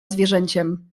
zwierzęciem